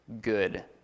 good